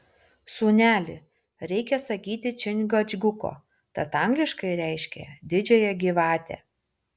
sūneli reikia sakyti čingačguko tat angliškai reiškia didžiąją gyvatę